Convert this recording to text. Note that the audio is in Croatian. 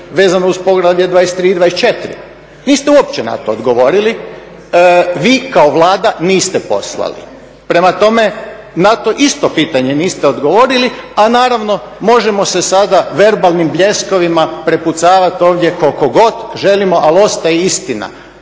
vezano uz Poglavlje 23. i 24., niste uopće na to odgovorili. Vi kao Vlada niste poslali. Prema tome, na to isto pitanje niste odgovorili. A naravno možemo se sada verbalnim bljeskovima prepucavati ovdje koliko god želimo ali ostaje istina